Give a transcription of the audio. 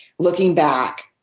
looking back